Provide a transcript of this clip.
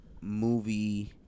movie